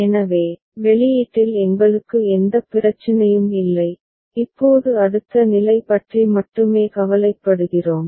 எனவே வெளியீட்டில் எங்களுக்கு எந்தப் பிரச்சினையும் இல்லை இப்போது அடுத்த நிலை பற்றி மட்டுமே கவலைப்படுகிறோம்